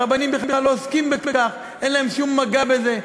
הרבנים בכלל לא עוסקים בכך, אין להם שום מגע בזה.